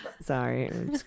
Sorry